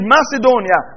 Macedonia